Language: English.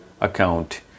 account